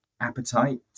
appetite